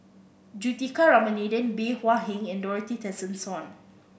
Juthika Ramanathan Bey Hua Heng and Dorothy Tessensohn